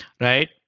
right